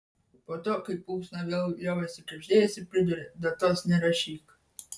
po to kai plunksna vėl liovėsi krebždėjusi pridūrė datos nerašyk